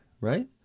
right